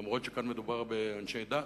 אף שכאן מדובר באנשי דת,